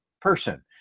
person